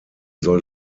soll